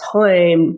time